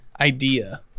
idea